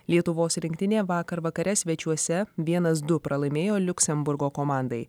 lietuvos rinktinė vakar vakare svečiuose vienas du pralaimėjo liuksemburgo komandai